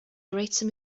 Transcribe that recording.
greater